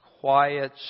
quiet